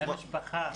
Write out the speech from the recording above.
למשפחה.